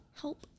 Help